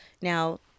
now